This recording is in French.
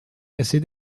casser